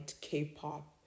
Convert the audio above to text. k-pop